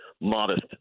modest